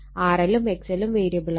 RL ഉം XL ഉം വേരിയബിളാണ്